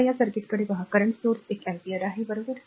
आता या सर्किटकडे पहा सध्याचा स्त्रोत एक अँपिअर आहे बरोबर